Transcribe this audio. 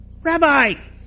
Rabbi